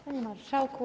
Panie Marszałku!